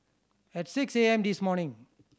at six A M this morning